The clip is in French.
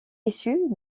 issue